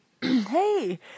Hey